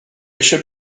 eixe